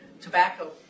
tobacco